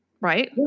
right